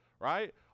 right